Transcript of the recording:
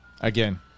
again